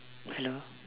hello